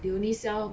they only sell